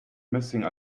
missing